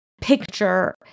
picture